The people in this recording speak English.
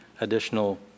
additional